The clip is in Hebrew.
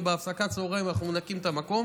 בהפסקת צוהריים אנחנו מנקים את המקום.